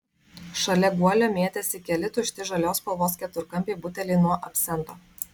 šalia guolio mėtėsi keli tušti žalios spalvos keturkampiai buteliai nuo absento